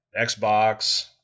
Xbox